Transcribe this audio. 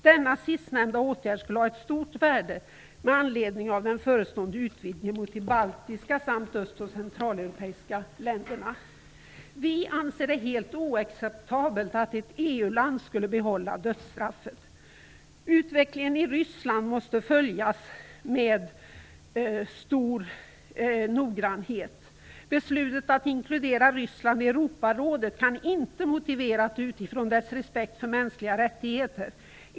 Denna sistnämnda åtgärd skulle ha ett stort värde med anledning av den förestående utvidgningen mot de baltiska samt öst och centraleuropeiska länderna. Vi anser det helt oacceptabelt att ett EU-land skulle behålla dödsstraffet. Utvecklingen i Ryssland måste följas med stor noggrannhet. Beslutet att inkludera Ryssland i Europarådet kan inte motiveras utifrån dess respekt för mänskliga rättigheter.